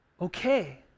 okay